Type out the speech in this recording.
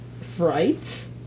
Fright